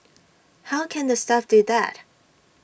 how can the staff do that